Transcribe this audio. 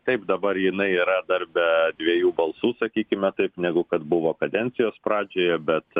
taip dabar jinai yra dar be dviejų balsų sakykime taip negu kad buvo kadencijos pradžioje bet